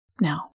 Now